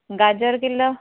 ଗାଜର କିଲୋ